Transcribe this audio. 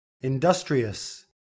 Industrious